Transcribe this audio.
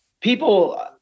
people